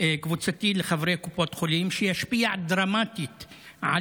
קבוצתי לחברי קופות חולים שישפיע דרמטית על